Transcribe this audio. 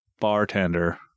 bartender